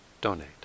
donate